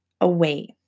away